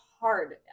hard